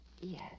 Yes